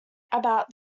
about